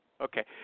Okay